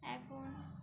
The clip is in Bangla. এখন